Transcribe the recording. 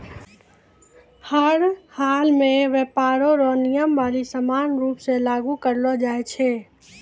हर हालमे व्यापार रो नियमावली समान रूप से लागू करलो जाय छै